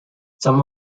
some